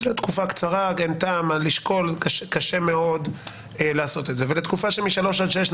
זו תקופה קצרה ואין טעם וקשה מאוד לעשות את זה לתקופה של משלוש עד שש,